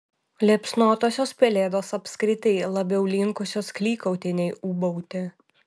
liepsnotosios pelėdos apskritai labiau linkusios klykauti nei ūbauti